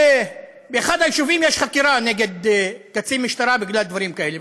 באחד היישובים יש חקירה נגד קצין משטרה בגלל דברים כאלה,